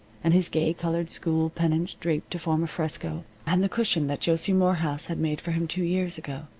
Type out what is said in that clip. and his gay-colored school pennants draped to form a fresco, and the cushion that josie morenouse had made for him two years ago,